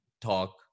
talk